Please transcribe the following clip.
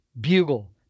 bugle